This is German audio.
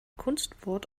kunstwort